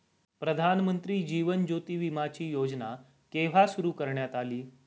प्रधानमंत्री जीवन ज्योती विमाची योजना केव्हा सुरू करण्यात आली?